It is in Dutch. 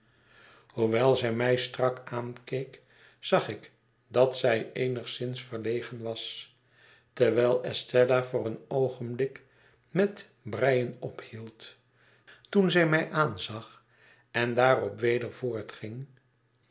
zij my strak aankeek zag ik dat zij eenigszins verlegen was terwijl estella voor een oogenblik met breien ophield toen zij mij aanzag en daarop weder